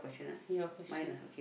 your question